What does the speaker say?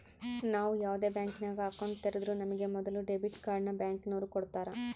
ನಾವು ಯಾವ್ದೇ ಬ್ಯಾಂಕಿನಾಗ ಅಕೌಂಟ್ ತೆರುದ್ರೂ ನಮಿಗೆ ಮೊದುಲು ಡೆಬಿಟ್ ಕಾರ್ಡ್ನ ಬ್ಯಾಂಕಿನೋರು ಕೊಡ್ತಾರ